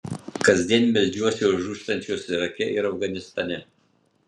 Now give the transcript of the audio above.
kasdien meldžiuosi už žūstančiuosius irake ar afganistane